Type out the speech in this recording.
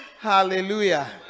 hallelujah